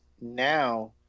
now